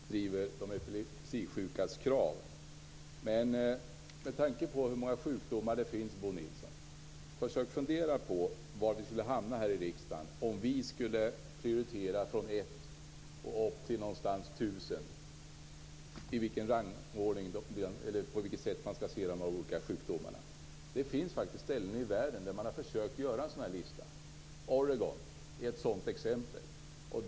Herr talman! Jag har självfallet sympati för att Bo Nilsson driver de epilepsisjukas krav. Men försök med tanke på hur många sjukdomar som finns, Bo Nilsson, att fundera på var vi skulle hamna här i riksdagen om vi skulle rangordna de olika sjukdomarna från ett och upp till någonstans kring tusen. Det finns faktiskt ställen i världen där man har försökt att göra en sådan lista. Oregon är ett sådant exempel.